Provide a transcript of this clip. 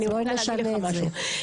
אני רוצה להגיד לך משהו,